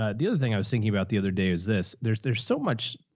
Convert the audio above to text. ah the other thing i was thinking about the other day was this, there's, there's so much,